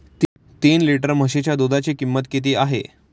तीन लिटर म्हशीच्या दुधाची किंमत किती आहे?